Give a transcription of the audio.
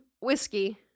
whiskey